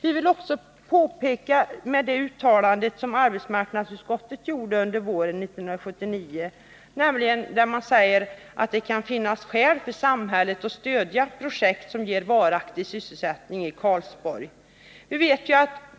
Vi vill också peka på det uttalande som arbetsmarknadsutskottet gjorde våren 1979, nämligen att det kan finnas skäl för samhället att stödja projekt som ger varaktig sysselsättning i Karlsborg.